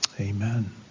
Amen